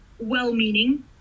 well-meaning